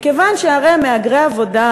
מכיוון שהרי מהגרי עבודה,